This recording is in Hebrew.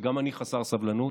וגם אני חסר סבלנות.